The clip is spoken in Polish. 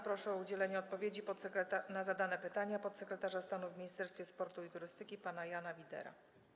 Proszę o udzielenie odpowiedzi na zadane pytania podsekretarza stanu w Ministerstwie Sportu i Turystyki pana Jana Widerę.